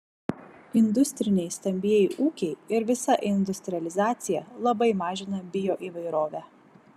industriniai stambieji ūkiai ir visa industrializacija labai mažina bioįvairovę